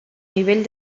nivell